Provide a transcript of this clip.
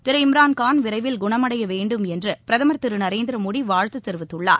திரு இம்ரான்கான் விரைவில் குணமடைய வேண்டும் என்று பிரதமர் திரு நரேந்திர மோடி வாழ்த்து தெரிவித்துள்ளார்